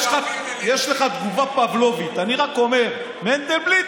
יש לך תגובה פבלובית: אני רק אומר "מנדלבליט",